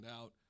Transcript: out